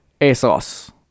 ASOS